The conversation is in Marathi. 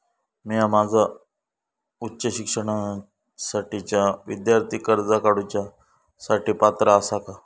म्या माझ्या उच्च शिक्षणासाठीच्या विद्यार्थी कर्जा काडुच्या साठी पात्र आसा का?